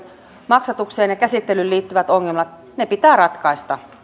maksatukseen ja käsittelyyn liittyvät ongelmat pitää ratkaista